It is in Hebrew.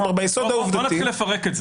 בוא נתחיל לפרק את זה.